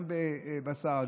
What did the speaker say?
גם בבשר,